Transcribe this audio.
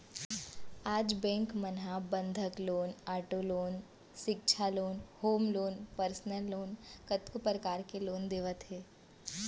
आज बेंक मन ह बंधक लोन, आटो लोन, सिक्छा loan, home loan, personal loan कतको परकार ले लोन देवत हे